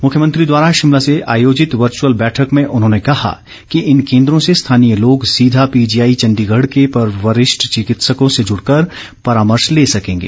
मुख्यमंत्री द्वारा शिमला से आयोजित वर्चुअल बैठक में उन्होंने कहा कि इन केन्द्रों से स्थानीय लोग सीधा पीजीआईं चण्डीगढ़ के वरिष्ठ चिकित्सकों से जुड़ कर परामर्श ले सकेंगे